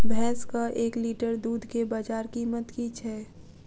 भैंसक एक लीटर दुध केँ बजार कीमत की छै?